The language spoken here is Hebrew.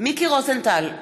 מיקי רוזנטל,